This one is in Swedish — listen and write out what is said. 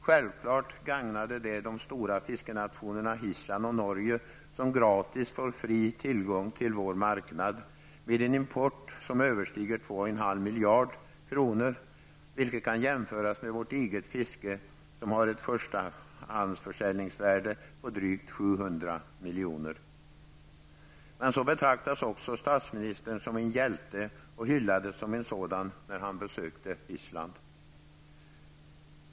Självfallet gagnade det de stora fiskenationerna Island och Norge, som gratis får fri tillgång till vår marknad med en import som överstiger 2,5 miljard kronor, vilket kan jämföras med vårt eget fiske, som har ett förstahandsförsäljningsvärde på drygt 700 milj.kr. Men så betraktades också statsministern som en hjälte och hyllades som en sådan när han besökte Island.